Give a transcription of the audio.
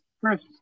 first